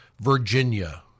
Virginia